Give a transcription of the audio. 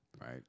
Right